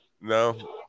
No